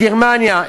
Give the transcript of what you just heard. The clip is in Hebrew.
גרמניה,